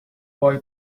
boy